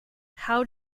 how